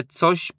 coś